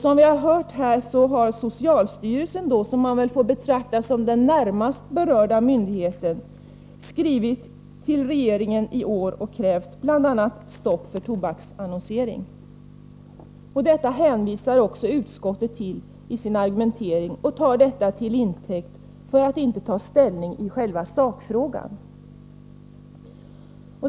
Som vi här har hört, har socialstyrelsen, som man får betrakta som den närmast berörda myndigheten, skrivit till regeringen i år och krävt bl.a. stopp för tobaksannonsering. Detta hänvisar också utskottet till i sin argumentering och tar det till intäkt för att inte ta ställning i själva sakfrågan.